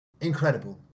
Incredible